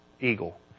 eagle